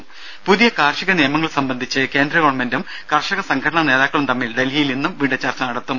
രുമ പുതിയ കാർഷിക നിയമങ്ങൾ സംബന്ധിച്ച് കേന്ദ്ര ഗവൺമെന്റും കർഷക സംഘടനാ നേതാക്കളും തമ്മിൽ ഡൽഹിയിൽ ഇന്ന് വീണ്ടും ചർച്ച നടത്തും